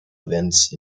events